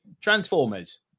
Transformers